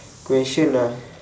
question ah